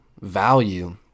value